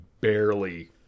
barely